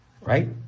Right